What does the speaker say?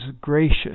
gracious